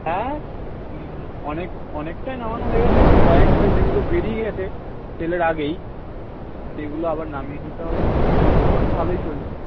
হ্যাঁ হুম অনেক অনেকটাই নামানো হয়ে গেছে এবার কয়েকটা যেগুলো বেরিয়ে গেছে সেলের আগেই সেগুলো আবার নামিয়ে নিতে হবে মোটামুটি ভালোই চলছে